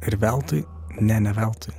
ir veltui ne ne veltui